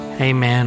Amen